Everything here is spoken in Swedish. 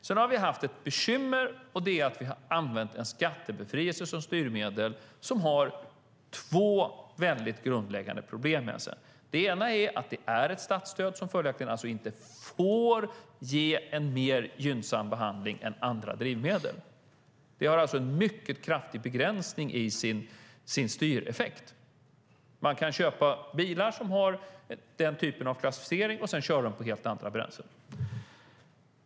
Sedan har vi haft ett bekymmer, och det är att vi har använt en skattebefrielse som styrmedel som för med sig två grundläggande problem. Det ena är att det är ett statsstöd. Följaktligen får inte biodrivmedel ges en mer gynnsam behandling än andra drivmedel. Det har alltså en mycket kraftigt begränsad styreffekt. Man kan köpa bilar som har den typen av klassificering och som man sedan kör på helt andra bränslen.